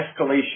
escalation